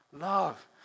Love